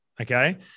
Okay